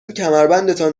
کمربندتان